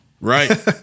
Right